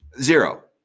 Zero